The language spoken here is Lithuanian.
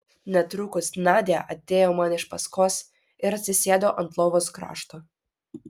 netrukus nadia atėjo man iš paskos ir atsisėdo ant lovos krašto